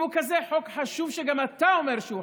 אם הוא כזה חוק חשוב, וגם אתה אומר שהוא חשוב,